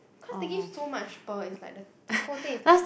cause they give so much pearl it's like the whole thing is like